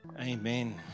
Amen